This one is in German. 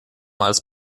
als